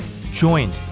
joined